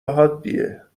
حادیه